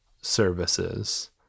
services